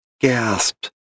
gasped